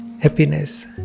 happiness